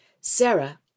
Sarah